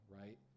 right